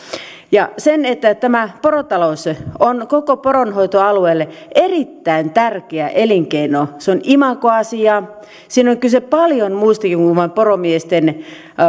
tämä porotalous on koko poronhoitoalueelle erittäin tärkeä elinkeino se on imagoasia siinä on kyse paljon muustakin kuin vain poromiesten